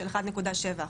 של 1.7%,